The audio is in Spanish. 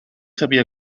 había